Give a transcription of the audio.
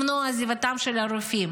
למנוע את עזיבתם של רופאים,